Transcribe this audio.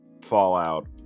fallout